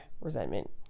resentment